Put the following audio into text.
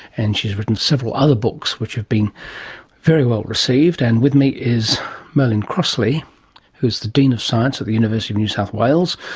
and she has written several other books which have been very well received. and with me is merlin crossley who is the dean of science at the university of new south wales.